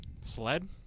Sled